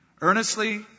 earnestly